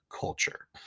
culture